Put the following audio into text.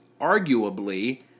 arguably